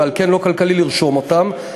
ועל כן לא כלכלי לרשום אותם,